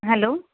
hello